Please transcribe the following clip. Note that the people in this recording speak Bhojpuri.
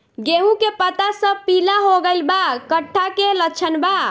गेहूं के पता सब पीला हो गइल बा कट्ठा के लक्षण बा?